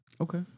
Okay